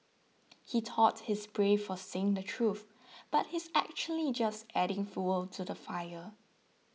he thought his brave for saying the truth but he's actually just adding fuel to the fire